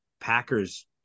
Packers